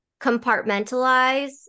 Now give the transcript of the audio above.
compartmentalize